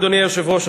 אדוני היושב-ראש,